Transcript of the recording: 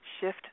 shift